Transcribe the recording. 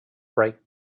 bright